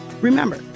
Remember